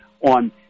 on